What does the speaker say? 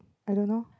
I don't know